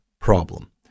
problem